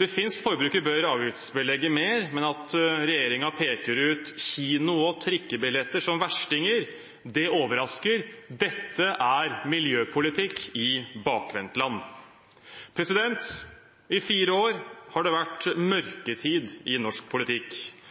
Det finnes forbruk vi bør avgiftsbelegge mer, men at regjeringen peker ut kino- og trikkebilletter som verstinger, overrasker. Dette er miljøpolitikk i bakvendtland. I fire år har det vært mørketid i norsk politikk,